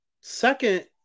second